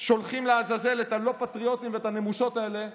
שולחים לעזאזל את הלא-פטריוטים ואת הנמושות האלה,